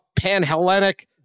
Panhellenic